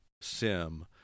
sim